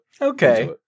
Okay